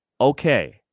okay